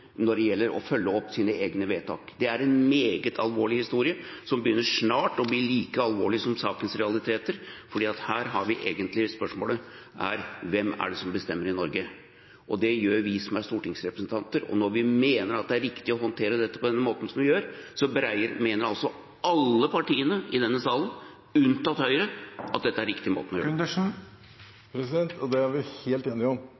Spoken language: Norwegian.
når det gjelder å følge opp sine egne vedtak. Det er en meget alvorlig historie som snart begynner å bli like alvorlig som sakens realiteter, for her har vi egentlig spørsmålet: Hvem er det som bestemmer i Norge? Det gjør vi som er stortingsrepresentanter, og når vi mener at det er riktig å håndtere dette på den måten som vi gjør, mener alle partiene i denne salen, unntatt Høyre, at dette er den riktige måten å gjøre det på. Det er vi helt enige om.